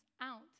out